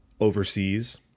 overseas